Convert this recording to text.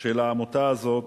של העמותה הזאת,